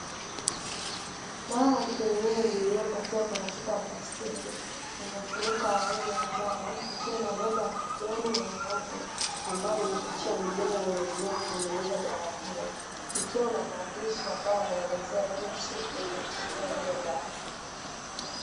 Dawa ya kienyeji ili pakiwa kwenye chupa ya plastiki yenye mfuniko wa rangi ya njano, Ikiwa na nembo ya kijani na nyeupe, ambayo ina picha ya mmea uliotumika kutengeneza dawa hiyo. Ikiwa na maandishi ambayo yanaelezea jinsi ya kuitumia hiyo dawa.